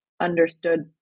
understood